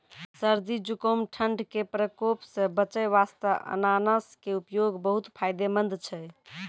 सर्दी, जुकाम, ठंड के प्रकोप सॅ बचै वास्तॅ अनानस के उपयोग बहुत फायदेमंद छै